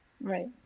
Right